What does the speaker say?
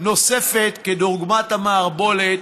נוספת כדוגמת המערבולת